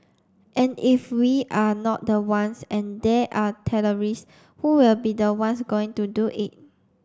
and if we're not the ones and there are terrorist who will be the ones going to do it